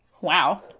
Wow